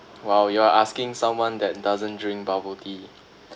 !wow! you are asking someone that doesn't drink bubble tea